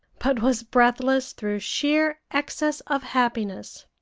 but was breathless through sheer excess of happiness.